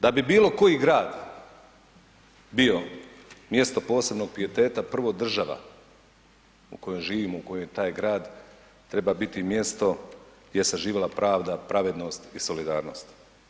Da bi bilo koji grad bio mjesto posebnog pijeteta, prvo država u kojoj živimo u kojoj je taj grad, treba biti mjesto gdje se živjela pravda, pravednost i solidarnost.